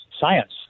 science